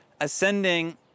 ascending